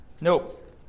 Nope